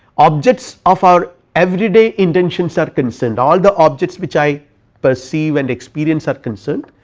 objects of our everyday intensions are concerned all the objects, which i perceive and experience are concerned,